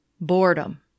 boredom